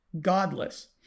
godless